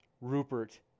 Rupert